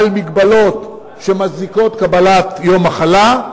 על מגבלות שמצדיקות קבלת יום מחלה,